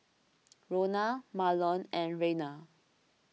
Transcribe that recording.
Rona Marlon and Reyna